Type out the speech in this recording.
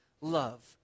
love